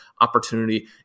opportunity